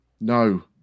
No